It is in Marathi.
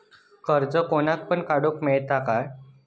कर्ज कोणाक पण काडूक मेलता काय?